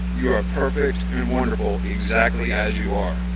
you are perfect and wonderful, exactly as you are.